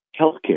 Healthcare